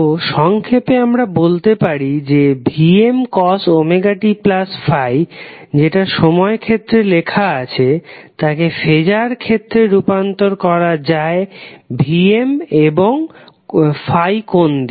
তো সংক্ষেপে আমরা বলতে পারি যে Vmωt∅ যেটা সময় ক্ষেত্রে লেখা আছে তাকে ফেজার ক্ষেত্রে রূপান্তর করা যায় Vm এবং ∅ কোণ নিয়ে